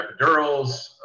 epidurals